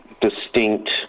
distinct